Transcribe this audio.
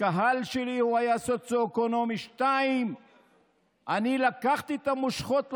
הקהל שלי היה בסוציו-אקונומי 2. אני לקחתי את המושכות לידיים,